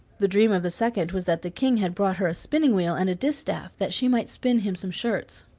the dream of the second was that the king had brought her a spinning wheel and a distaff, that she might spin him some shirts.